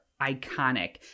iconic